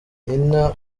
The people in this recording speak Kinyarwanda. nina